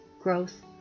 growth